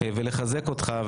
אנחנו רוצים לחזק אותך,